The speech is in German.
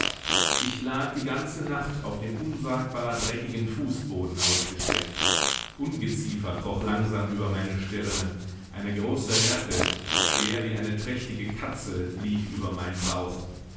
ich lag die ganze nacht auf dem unsagbar dreckigen fußboden ausgestreckt ungeziefer kroch langsam über meine stirne eine große ratte schwer wie eine trächtige katze lief über meinen bauch